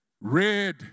Red